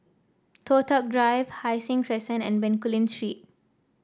Toh Tuck Drive Hai Sing Crescent and Bencoolen Street